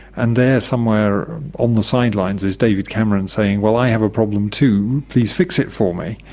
and there somewhere on the sidelines is david cameron saying, well, i have a problem too, please fix it for me.